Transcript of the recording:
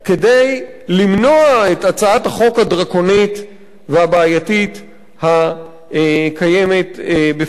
למנוע את הצעת החוק הדרקונית והבעייתית הקיימת בפנינו.